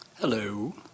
Hello